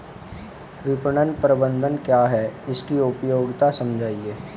विपणन प्रबंधन क्या है इसकी उपयोगिता समझाइए?